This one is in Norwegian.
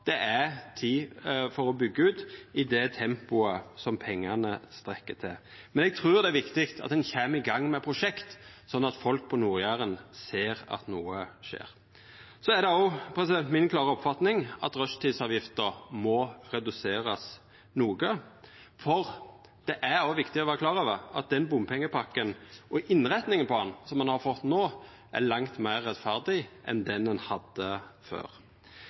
Det er tid for å byggja ut i det tempoet som pengane strekkjer til. Men eg trur det er viktig at ein kjem i gang med prosjekt, sånn at folk på Nord-Jæren ser at noko skjer. Så er det òg mi klare oppfatning at rushtidsavgifta må reduserast noko, for det er òg viktig å vera klar over at den bompengepakken, og innretninga på han, som ein no har fått, er langt meir rettferdig enn den ein hadde før.